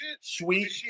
sweet